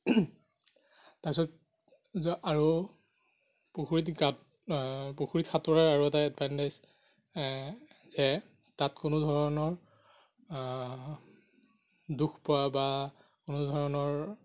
তাৰ পিছত আৰু পুখুৰীত গাত পুখুৰীত সাঁতোৰাৰ আৰু এটা এডভাণ্টেজ যে তাত কোনো ধৰণৰ দুখ পোৱা বা কোনো ধৰণৰ